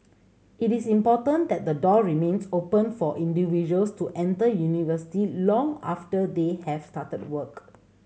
it is important that the door remains open for individuals to enter university long after they have started work